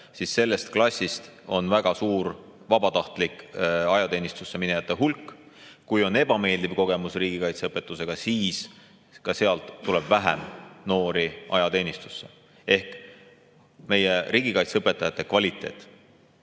siis sellest klassist on väga suur vabatahtlik ajateenistusse minejate hulk. Kui on ebameeldiv kogemus riigikaitseõpetusega, siis tuleb sealt ka vähem noori ajateenistusse. Ehk siis meie riigikaitseõpetajate kvaliteet.